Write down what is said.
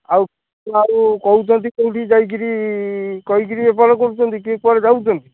ଆଉ କିଏ ଆଉ କହୁଛନ୍ତି କେଉଁଠିକି ଯାଇ କରି କହି କିରି ବେପାର କରୁଛନ୍ତି କିଏ କୁଆଡ଼େ ଯାଉଛନ୍ତି